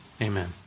amen